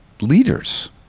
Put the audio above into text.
leaders